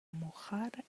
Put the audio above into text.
mojar